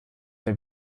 der